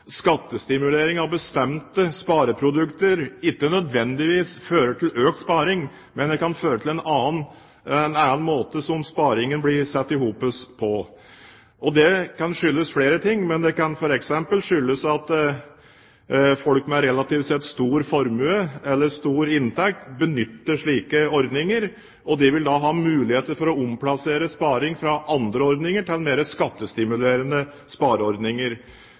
skattestimulering av bestemte spareprodukter ikke nødvendigvis fører til økt sparing, men det kan føre til en annen måte å sette sammen sparingen på. Dette kan skyldes flere ting, det kan f.eks. skyldes at folk med relativt stor formue eller stor inntekt benytter slike ordninger. De vil ha muligheter for å omplassere sparing fra andre ordninger til mer skattestimulerende spareordninger.